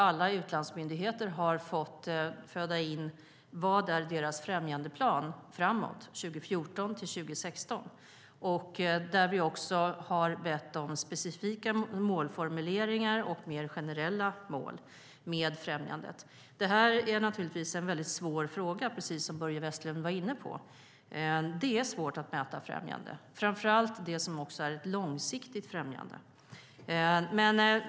Alla utlandsmyndigheter har fått föra in vad deras främjandeplan är framåt, 2014-2016. Där har vi bett om specifika målformuleringar och mer generella mål för främjandet. Det här är en väldigt svår fråga, precis som Börje Vestlund var inne på. Det är svårt att mäta främjande, framför allt det som är långsiktigt främjande.